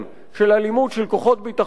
של אלימות של כוחות ביטחון,